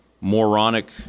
moronic